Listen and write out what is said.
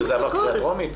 שזה עבר קריאה טרומית?